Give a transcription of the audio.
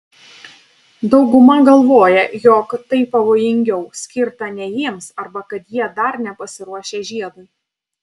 dauguma galvoja jog tai pavojingiau skirta ne jiems arba kad jie dar nepasiruošę žiedui